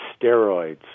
Steroids